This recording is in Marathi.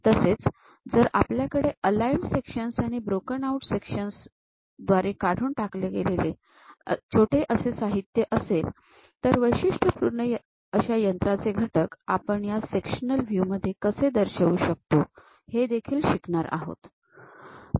तसेच जर आपल्याकडे अलाईन्ड सेक्शन्स असतील आणि ब्रोकन आऊट सेक्शन्स द्वारे काढून टाकलेले काही छोटे असे साहित्य असेल तर वैशिष्ट्यपूर्ण अशा यंत्राचे घटक आपण या सेक्शनल व्ह्यू मध्ये कसे दर्शवू शकतो हे देखील शिकणार आहोत